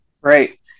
Right